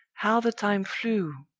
how the time flew!